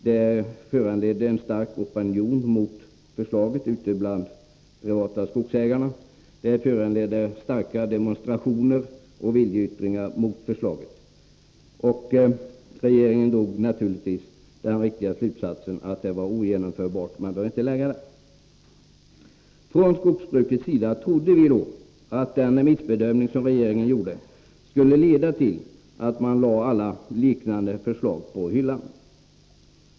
Det fanns en stark opinion mot förslaget ute bland de privata skogsägarna, och förslaget föranledde stora demonstrationer och viljeyttringar. Regeringen drog naturligtvis den riktiga slutsatsen att förslaget var ogenomförbart och att man inte borde lägga fram det. Från skogsbrukets sida trodde vi då att den missbedömning som regeringen hade gjort skulle leda till att den lade alla liknande förslag på hyllan.